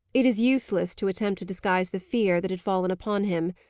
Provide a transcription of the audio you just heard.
it is useless to attempt to disguise the fear that had fallen upon him.